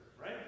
right